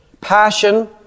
Passion